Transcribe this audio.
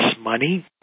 money